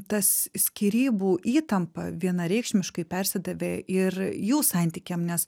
tas skyrybų įtampa vienareikšmiškai persidavė ir jų santykiam nes